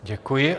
Děkuji.